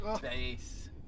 base